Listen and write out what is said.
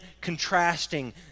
contrasting